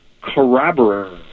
Corroborate